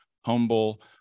humble